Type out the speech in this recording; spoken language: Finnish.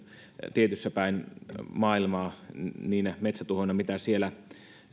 tietyssä päin maailmaa niinä metsätuhoina mitä siellä